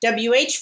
WH